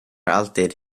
alltid